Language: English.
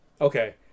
Okay